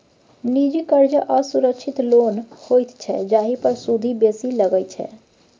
निजी करजा असुरक्षित लोन होइत छै जाहि पर सुद बेसी लगै छै